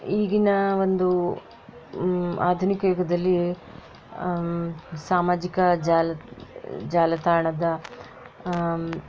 ಈಗಿನ ಒಂದು ಆಧುನಿಕ ಯುಗದಲ್ಲಿ ಸಾಮಾಜಿಕ ಜಾಲತ್ ಜಾಲತಾಣದ